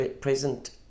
present